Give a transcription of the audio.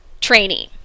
training